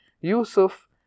Yusuf